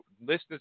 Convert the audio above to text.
listeners